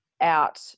out